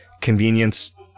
convenience